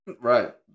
Right